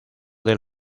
del